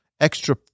extra